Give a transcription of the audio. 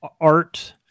art